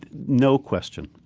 no question.